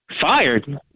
Fired